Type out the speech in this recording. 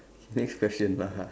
next question lah